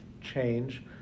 change